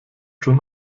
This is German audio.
schon